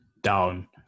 down